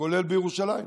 כולל בירושלים.